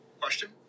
Question